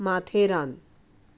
Matheran